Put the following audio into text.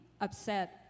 upset